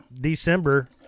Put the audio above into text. December